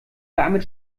damit